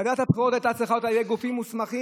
ועדת הבחירות הייתה צריכה לעשות את זה על ידי גופים מוסמכים.